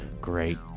great